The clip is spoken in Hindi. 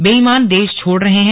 बेईमान देश छोड़ रहे हैं